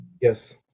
Yes